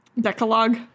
Decalogue